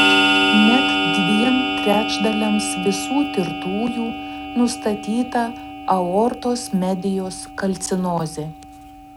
net dviem trečdaliams visų tirtųjų nustatyta aortos medijos kalcinozė